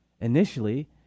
initially